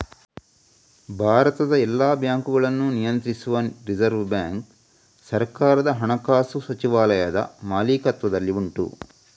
ಭಾರತದ ಎಲ್ಲ ಬ್ಯಾಂಕುಗಳನ್ನ ನಿಯಂತ್ರಿಸುವ ರಿಸರ್ವ್ ಬ್ಯಾಂಕು ಸರ್ಕಾರದ ಹಣಕಾಸು ಸಚಿವಾಲಯದ ಮಾಲೀಕತ್ವದಲ್ಲಿ ಉಂಟು